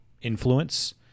influence